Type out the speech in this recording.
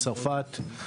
צרפת.